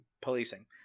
policing